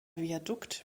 viadukt